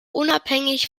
unabhängig